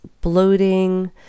bloating